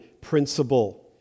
principle